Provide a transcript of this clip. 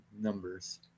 numbers